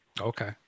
Okay